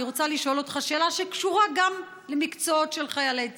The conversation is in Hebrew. אני רוצה לשאול אותך שאלה שקשורה גם למקצועות של חיילי צה"ל.